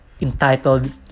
entitled